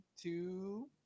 two